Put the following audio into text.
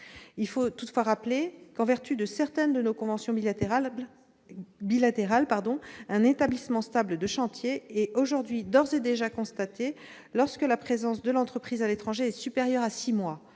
Il faut toutefois rappeler qu'en vertu de certaines de nos conventions bilatérales, un établissement stable de chantier est aujourd'hui d'ores et déjà constaté lorsque la présence de l'entreprise à l'étranger est supérieure à six mois,